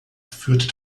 führte